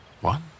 one